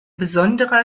besonderer